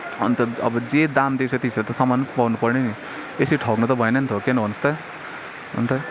अन्त अब जे दाम दिएको छ त्यसरी त सामान पनि पाउनुपऱ्यो नि यसरी ठग्नु त भएन नि हो कि होइन भन्नुहोस् त अन्त